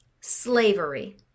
Slavery